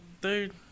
dude